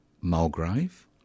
Mulgrave